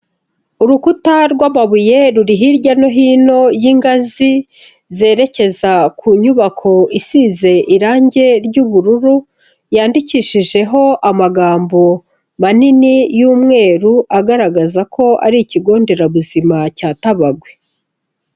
Urukuta rw'amabuye ruri hirya no hino y'ingazi zerekeza ku nyubako isize irangi ry'ubururu, yandikishijeho amagambo manini y'umweru, agaragaza ko ari ikigo nderabuzima cya Tabagwe.